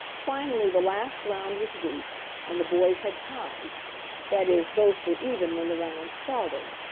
finally the last round was reached and the boys had tied that is, both were even when the round started.